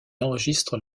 enregistrent